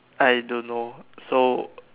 I don't know so